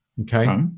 okay